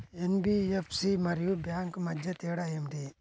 NBFC మరియు bank మధ్య తేడా ఏమిటి?